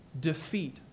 defeat